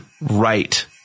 right